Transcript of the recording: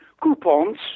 coupons